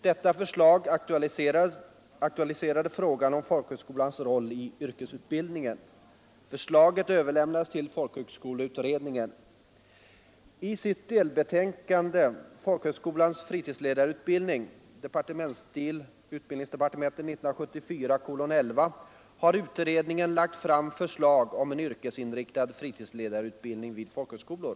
Detta förslag aktualiserade frågan om folkhögskolans roll i yrkesutbildningen. Förslaget överlämnades till folkhögskoleutredningen. I sitt delbetänkande Folkhögskolans fritidsledarutbildning har utredningen lagt fram förslag om en yrkesinriktad fritidsledarutbildning vid folkhögskolor.